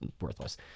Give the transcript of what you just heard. worthless